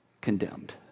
condemned